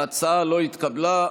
ההצעה לא נתקבלה.